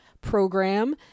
program